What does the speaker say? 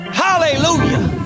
Hallelujah